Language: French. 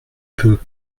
peu